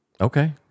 Okay